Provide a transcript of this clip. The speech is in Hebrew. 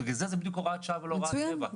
לכן זה הוראת שעה ולא הוראת קבע.